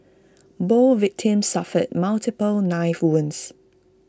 both victims suffered multiple knife wounds